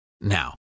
now